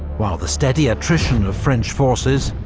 while the steady attrition of french forces,